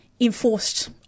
enforced